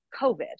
COVID